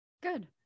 Good